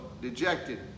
dejected